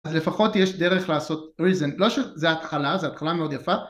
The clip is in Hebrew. אז לפחות יש דרך לעשות ריזן, זה התחלה, זה התחלה מאוד יפה